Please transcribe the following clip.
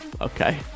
okay